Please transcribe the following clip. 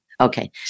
Okay